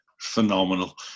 phenomenal